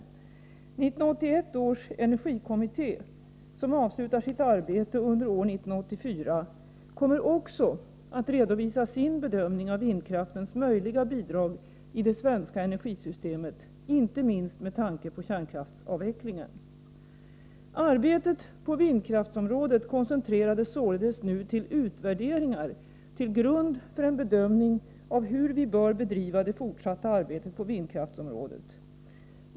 1981 års energikommitté som avslutar sitt arbete under år 1984 kommer också att redovisa sin bedömning av vindkraftens möjliga bidrag i det svenska energisystemet, inte minst med tanke på kärnkraftsavvecklingen. Arbetet på vindkraftsområdet koncentreras således nu till utvärderingar till grund för en bedömning av hur vi bör bedriva det fortsatta arbetet på vindkraftsområdet.